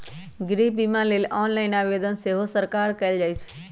गृह बिमा लेल ऑनलाइन आवेदन सेहो सकार कएल जाइ छइ